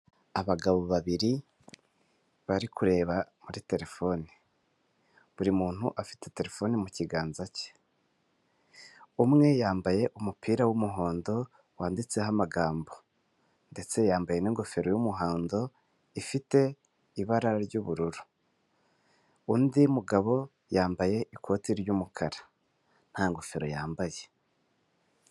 Abagabo babiri bari kureba muri telefoni, buri muntu afite telefoni mu kiganza cye. Umwe yambaye umupira w'umuhondo wanditseho amagambo, ndetse yambaye n'ingofero'umuhondo ifite ibara ry'ubururu. Undi mugabo yambaye ikoti ry'umukara nta ngofero yambaye.